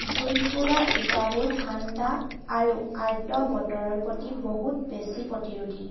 জুইত পোৰা ইটাবোৰ ঠাণ্ডা আৰু আৰ্দ্ৰ বতৰৰ প্ৰতি বহুত বেছি প্ৰতিৰোধী